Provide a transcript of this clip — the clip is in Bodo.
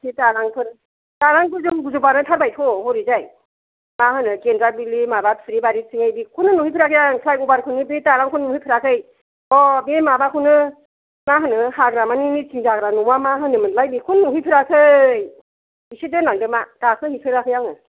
एसे दालांफोर दालां गोजौ गोजौ बानायथारबायथ' हरैजाय मा होनो गेनद्राबिलि माबा थुरि बारि थिंजाय बेखौनो नुहै फेराखै आं फ्लाइ अभारखौनो बे दालांखौनो नुहैफेराखै ह' बे माबाखौनो माहोनो हाग्रामानि मिथिं जाग्रा न'आ मा होनो मोनलाय बेखौनो नुहेफेराखै इसे दोनलांदो मा गाखो हैफेराखै आङो